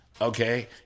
Okay